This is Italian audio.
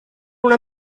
una